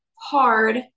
hard